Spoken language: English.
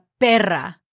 perra